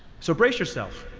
so brace yourself,